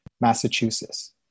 Massachusetts